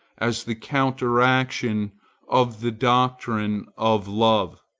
as the counteraction of the doctrine of love,